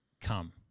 come